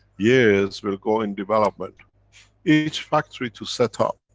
years will go in development each factory to set up.